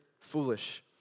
foolish